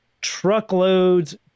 truckloads